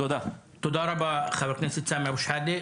תודה רבה חבר הכנסת סמי אבו שחאדה.